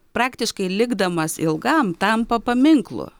praktiškai likdamas ilgam tampa paminklu